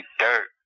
dirt